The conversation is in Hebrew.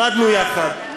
למדנו יחד,